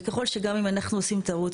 וככל שגם אם אנחנו עושים טעות,